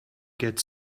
get